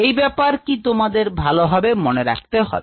এই ব্যাপার কি তোমাদের ভালোভাবে মনে রাখতে হবে